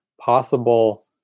possible